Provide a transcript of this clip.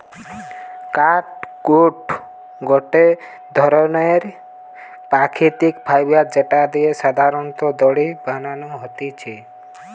catgut গটে ধরণের প্রাকৃতিক ফাইবার যেটা দিয়ে সাধারণত দড়ি বানানো হতিছে